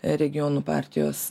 regionų partijos